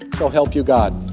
so help you god